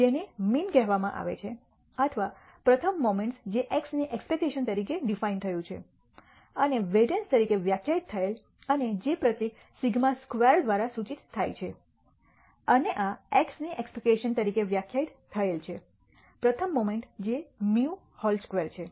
જેને મીન કહેવામાં આવે છે અથવા પ્રથમ મોમેન્ટ જે x ની એક્સપેક્ટેશન તરીકે ડિફાઇન થયું છે અને વેરીઅન્સ તરીકે વ્યાખ્યાયિત થયેલ અને જે પ્રતીક σ2 દ્વારા સૂચિત થાઈ છે અને આ x ની એક્સપેક્ટેશન તરીકે વ્યાખ્યાયિત થયેલ છે પ્રથમ મોમેન્ટ જે μ હોલ સ્ક્વેર છે